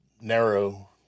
narrow